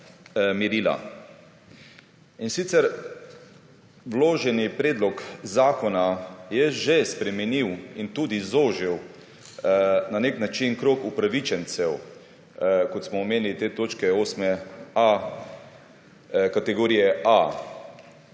In sicer, vloženi predlog zakona je že spremenil in tudi zožil na nek način krog upravičencev, kot smo omenili te točke, 8., kategorije A,